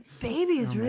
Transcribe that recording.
babies.